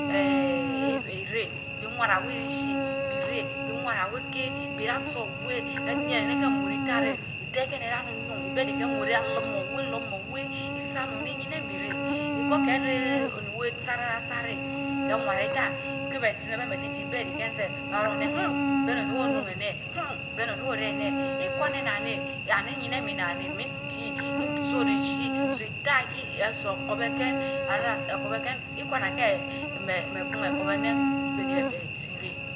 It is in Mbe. Eeh ereh iwara weh rishii, bilreh bii wara weh keh bira tso weh enyiereh neh neh mureh itaa reh, itaa ken kaa nun nun ibedi keh mureh irah lormor weh lormok weh isaonun iyii neh mii reh becaus keh reh onii weh tsara tsareh keh wara ita keh beh tsin eben beh titi ibedi iken sef behbaa ruun eneh huh! bereh onii weh onun eneh huh! beneh onii weh oreh eneh ihwana nnan neh and iyineh mii nnan neh min tii nso rishii sor itaa kii eso ekorb eken ara ekorb eken ikwana keh eeh meeh kun ekorb enen behni efeh tii reh